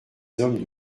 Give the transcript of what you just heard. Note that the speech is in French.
hommes